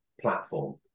platform